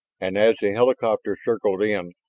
and as the helicopter circled in,